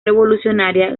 revolucionaria